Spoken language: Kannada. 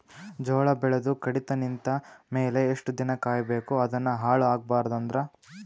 ಜೋಳ ಬೆಳೆದು ಕಡಿತ ನಿಂತ ಮೇಲೆ ಎಷ್ಟು ದಿನ ಕಾಯಿ ಬೇಕು ಅದನ್ನು ಹಾಳು ಆಗಬಾರದು ಅಂದ್ರ?